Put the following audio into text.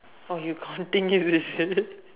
oh you continue is it